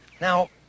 Now